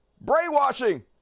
brainwashing